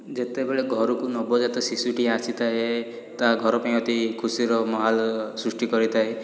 ଯେତବେଳେ ଘରକୁ ନବଜାତ ଶିଶୁଟି ଆସିଥାଏ ତା ଘର ପାଇଁ ଅତି ଖୁସିର ମାହୋଲ୍ ସୃଷ୍ଟି କରେଇଥାଏ